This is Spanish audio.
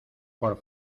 por